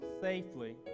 safely